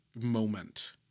moment